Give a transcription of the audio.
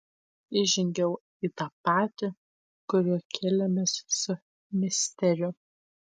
įžengiau į tą patį kuriuo kėlėmės su misteriu